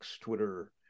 Twitter